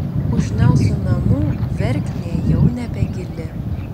už nelsų namų verknė jau nebegili